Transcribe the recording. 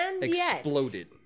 exploded